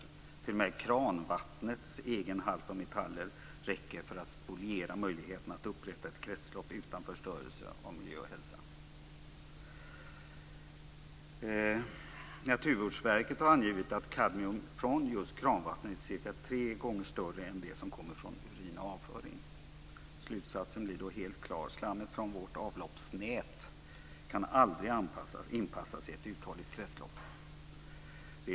T.o.m. kranvattnets egen halt av metaller räcker för att spoliera möjligheterna att upprätta ett kretslopp utan förstörelse av miljö och hälsa. Naturvårdsverket har angett att kadmiummängden från just kranvatten är cirka tre gånger större än den som kommer från urin och avföring. Slutsatsen blir då helt klar: Slammet från vårt avloppsnät kan aldrig inpassas i ett uthålligt kretslopp.